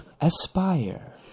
Aspire